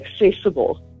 accessible